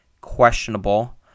questionable